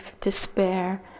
despair